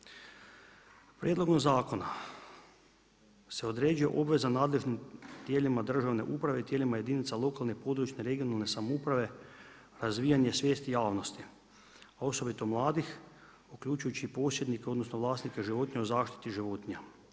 Prijedlogom zakona se određuje obveza nadležnim tijelima državne uprave, tijelima jedinica lokalne, područne, regionalne samouprave, razvijanje svijesti javnosti osobito mladih uključujući posjednike odnosno vlasnike životinja u zaštiti životinja.